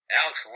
Alex